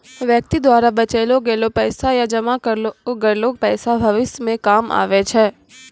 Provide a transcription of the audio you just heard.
व्यक्ति द्वारा बचैलो गेलो पैसा या जमा करलो गेलो पैसा भविष्य मे काम आबै छै